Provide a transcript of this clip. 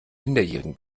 minderjährigen